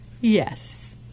Yes